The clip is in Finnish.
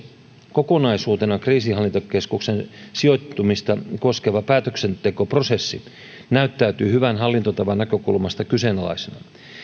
kokonaisuutena kriisinhallintakeskuksen sijoittumista koskeva päätöksentekoprosessi näyttäytyy hyvän hallintotavan näkökulmasta kyseenalaisena